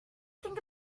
think